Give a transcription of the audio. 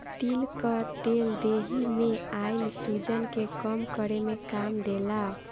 तिल कअ तेल देहि में आइल सुजन के कम करे में काम देला